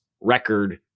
record